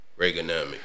Reaganomics